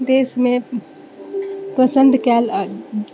देशमे पसन्द कयल